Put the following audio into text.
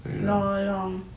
long long